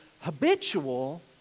habitual